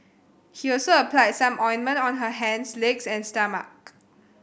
he also applied some ointment on her hands legs and stomach